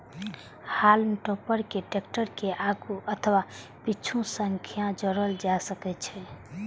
हाल्म टॉपर कें टैक्टर के आगू अथवा पीछू सं जोड़ल जा सकै छै